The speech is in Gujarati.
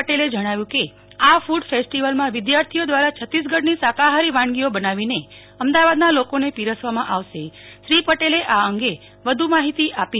પટેલે જણાવ્યું કે આ ફૂડ ફેસ્ટિવલમાં વિદ્યાર્થીઓ દ્વારા છત્તીસગઢની શાકાહારી વાનગીઓ બનાવીને અમદાવાદના લોકોને પીરસવામાં આવશે શ્રી પટેલે આ અંગે વધુ માહિતી આપી